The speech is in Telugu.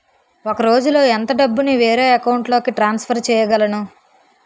ఒక రోజులో ఎంత డబ్బుని వేరే అకౌంట్ లోకి ట్రాన్సఫర్ చేయగలను?